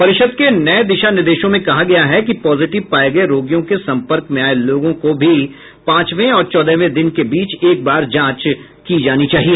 परिषद के नए दिशा निर्देशों में कहा गया है कि पॉजिटिव पाए गए रोगियों के संपर्क में आए लोगों की भी पांचवें और चौदहवें दिन के बीच एक बार जांच की जानी चाहिए